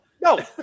No